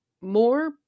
more